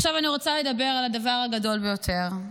עכשיו, אני רוצה לדבר על הדבר גדול ביותר,